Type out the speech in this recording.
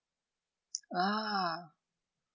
ah